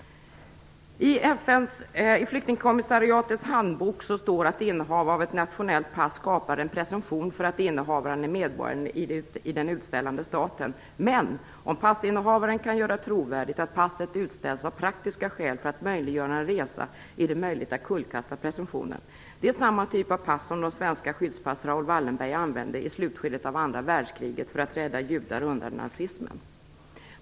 I flyktingskommissariatets handbok står att innehav av ett nationellt pass skapar en presumtion för att innehavaren är medborgare i den utställande staten, men om passinnehavaren kan göra trovärdigt att passet utställts av praktiska skäl för att möjliggöra en resa är det möjligt att kullkasta presumtionen. Det är samma typ av pass som de svenska skyddspass Raoul Wallenberg använde i slutskedet av andra världskriget för att rädda judar undan nazismen.